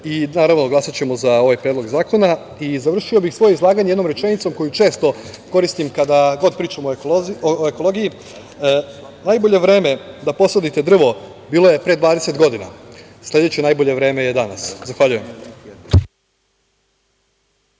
Naravno, glasaćemo za ovaj predlog zakona. Završio bih svoje izlaganje jednom rečenicom koju često koristim kada god pričam o ekologiji – najbolje vreme da posadite drvo bilo je pre 20 godina, sledeće najbolje vreme je danas. Zahvaljujem.